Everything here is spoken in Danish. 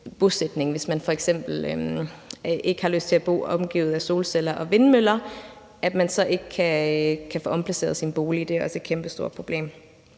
hvis man f.eks. ikke har lyst til at bo omgivet af solceller og vindmøller, så ikke kan få omplaceret sin bolig, og det er også et kæmpestort problem.